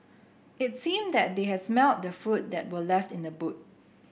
it seemed that they has smelt the food that were left in the boot